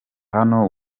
hano